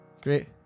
Great